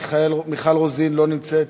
מיכל רוזין, לא נמצאת.